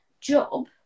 job